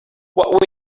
what